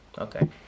okay